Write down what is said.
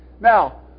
Now